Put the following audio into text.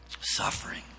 Suffering